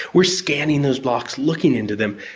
we're scanning those blocks, looking into them,